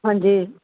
ਹਾਂਜੀ